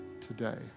today